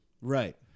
Right